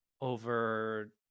over